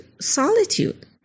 solitude